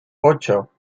ocho